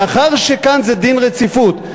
מאחר שכאן זה דין רציפות,